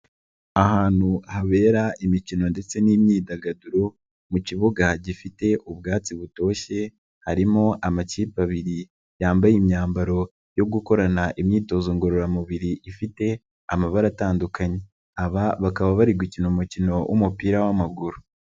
Ahantu habera imikino ndetse n'imyidagaduro mu kibuga gifite ubwatsi butoshye, harimo amakipe abiri yambaye imyambaro yo gukorana imyitozo ngororamubiri ifite amabara atandukanye. Aba bakaba bari gukina umukino w'umupira w'amaguru.